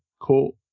court